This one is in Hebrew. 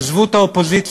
עזבו את האופוזיציה,